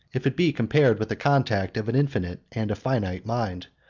if it be compared with the contact of an infinite and a finite mind,